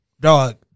dog